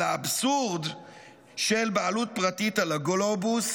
על האבסורד של בעלות פרטית על הגלובוס